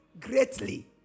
greatly